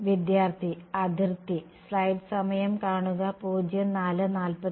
വിദ്യാർത്ഥി അതിർത്തി